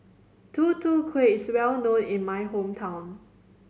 Tutu Kueh is well known in my hometown